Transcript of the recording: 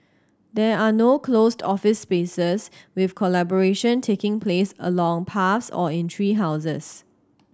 there are no closed office spaces with collaboration taking place along paths or in tree houses